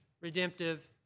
redemptive